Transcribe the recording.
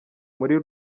muri